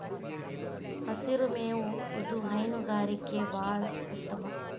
ಹಸಿರು ಮೇವು ಇದು ಹೈನುಗಾರಿಕೆ ಬಾಳ ಉತ್ತಮ